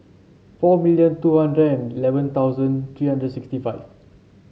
four million two hundred and eleven thousand three hundred sixty five